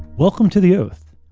welcome to the oath.